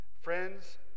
Friends